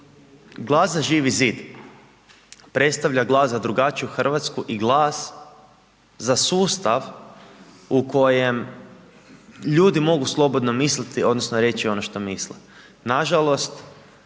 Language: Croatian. Glas za Živi zid predstavlja glas za drugačiju Hrvatsku i glas za sustav u kojem ljudi mogu slobodno misliti odnosno reći ono što misle,